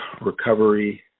recovery